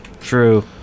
True